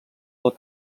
del